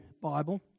Bible